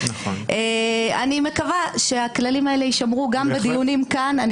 אני מקווה שהכללים האלה יישמרו גם בדיונים כאן.